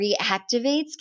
reactivates